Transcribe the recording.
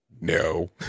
No